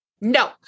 no